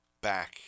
back